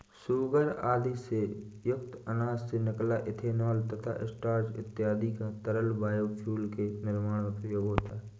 sugar आदि से युक्त अनाज से निकला इथेनॉल तथा स्टार्च इत्यादि का तरल बायोफ्यूल के निर्माण में प्रयोग होता है